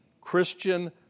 Christian